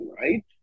right